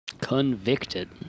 Convicted